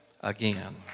again